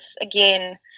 again